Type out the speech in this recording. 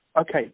okay